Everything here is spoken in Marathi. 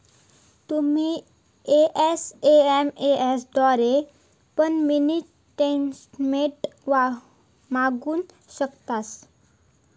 तुम्ही एस.एम.एस द्वारे पण मिनी स्टेटमेंट मागवु शकतास